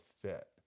fit